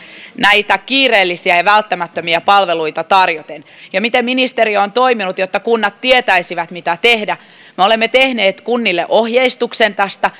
näitä kiireellisiä ja välttämättömiä palveluita tarjoten ja miten ministeriö on toiminut jotta kunnat tietäisivät mitä tehdä me olemme tehneet kunnille ohjeistuksen tästä